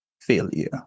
failure